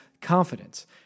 confidence